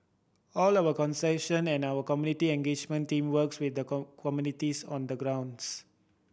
all of concession and our community engagement team works with the communities on the grounds